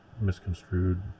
misconstrued